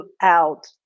out